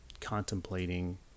contemplating